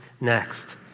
next